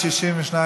סעיפים 1 2 נתקבלו.